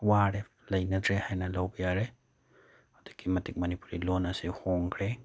ꯋꯥꯔꯦ ꯂꯩꯅꯗ꯭ꯔꯦ ꯍꯥꯏꯅ ꯂꯧꯕ ꯌꯥꯔꯦ ꯑꯗꯨꯛꯀꯤ ꯃꯇꯤꯛ ꯃꯅꯤꯄꯨꯔꯤ ꯂꯣꯟ ꯑꯁꯤ ꯍꯣꯡꯈ꯭ꯔꯦ